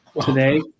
today